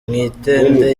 mwitende